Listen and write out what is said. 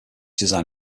design